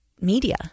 media